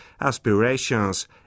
aspirations